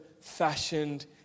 fashioned